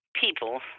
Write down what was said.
people